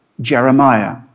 Jeremiah